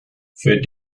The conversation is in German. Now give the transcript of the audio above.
für